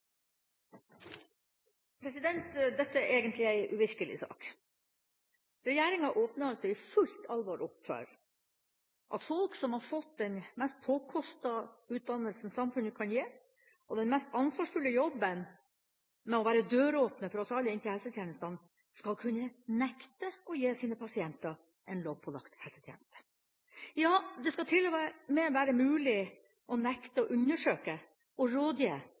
Dette er egentlig en uvirkelig sak. Regjeringa åpner altså i fullt alvor opp for at folk som har fått den mest påkostede utdannelsen samfunnet kan gi og den mest ansvarsfulle jobben med å være døråpner for oss alle inn til helsetjenestene, skal kunne nekte å gi sine pasienter en lovpålagt helsetjeneste. Ja, det skal til og med være mulig å nekte å undersøke og rådgi